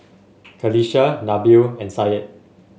Qalisha Nabil and Syed